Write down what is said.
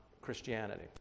Christianity